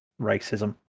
racism